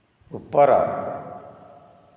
ଉପର